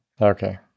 Okay